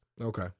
Okay